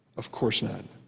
of course not.